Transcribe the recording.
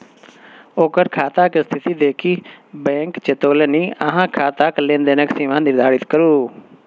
ओकर खाताक स्थिती देखि बैंक चेतोलनि अहाँ खाताक लेन देनक सीमा निर्धारित करू